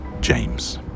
James